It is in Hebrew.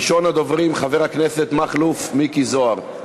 ראשון הדוברים, חבר הכנסת מכלוף מיקי זוהר.